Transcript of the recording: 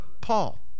Paul